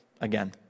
again